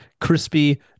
crispy